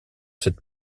cette